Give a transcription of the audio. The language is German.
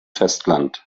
festland